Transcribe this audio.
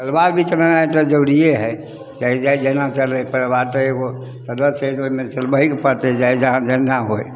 परिवार भी चलेनाइ तऽ जरुरिये हइ से चाहै जेना चलै परिवार तऽ एगो सदस्यके ओहिमे चलबहैके पड़तै चाहै जहाँ जेना होइ